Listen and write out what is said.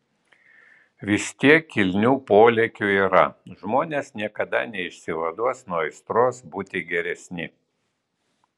vis tiek kilnių polėkių yra žmonės niekada neišsivaduos nuo aistros būti geresni